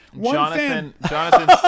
Jonathan